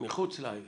מחוץ לעיר